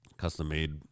custom-made